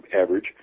average